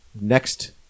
next